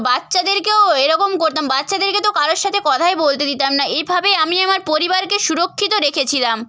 বাচ্চাদেরকেও এরকম করতাম বাচ্চাদেরকে তো কারোর সাথে কথাই বলতে দিতাম না এইভাবেই আমি আমার পরিবারকে সুরক্ষিত রেখেছিলাম